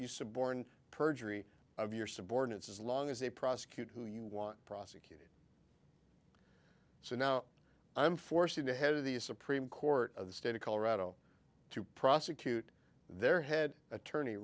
suborn perjury of your subordinates as long as they prosecute who you want prosecuted so now i'm forcing the head of the supreme court of the state of colorado to prosecute their head attorney